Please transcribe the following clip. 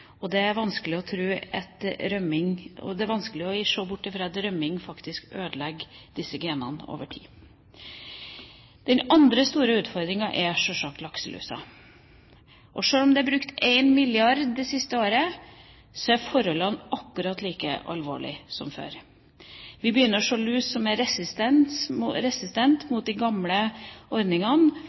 Det er vanskelig å se bort fra at rømming faktisk ødelegger disse genene over tid. Den andre store utfordringen er sjølsagt lakselusa. Sjøl om det er brukt 1 mrd. kr det siste året, er forholdet akkurat like alvorlig som før. Vi begynner å se lus som er resistent mot de gamle